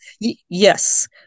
Yes